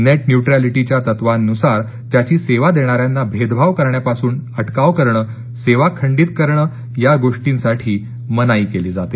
net न्युट्रलिटीच्या तत्वांनुसार त्याची सेवा देणाऱ्यांना भेदभाव करण्यापासून अटकाव करणे सेवा खंडित करणे या गोर्टींसाठी मनाई केली जाते